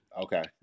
Okay